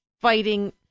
fighting